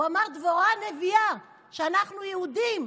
הוא אמר: דבורה הנביאה, כי אנחנו יהודים.